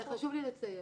חשוב לי לציין,